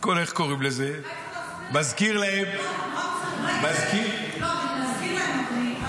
הכול מזכיר להם --- אבל נזכיר להם, אדוני,